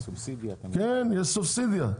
יש סובסידיה.